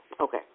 Okay